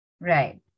Right